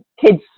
kids